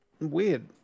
weird